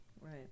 Right